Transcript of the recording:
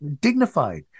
dignified